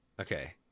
Okay